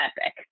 epic